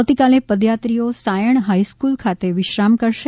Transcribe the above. આવતીકાલે પદયાત્રીઓ સાયણ હાઇસ્કુલ ખાતે વિશ્રામ કરશે